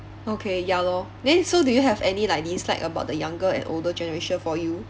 okay ya lor then so do you have any like dislike about the younger and older generation for you